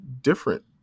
different